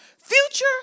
Future